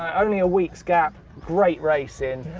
um only a week's gap. great racing.